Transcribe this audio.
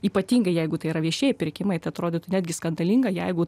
ypatingai jeigu tai yra viešieji pirkimai tai atrodytų netgi skandalinga jeigu